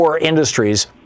industries